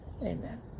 amen